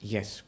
Yes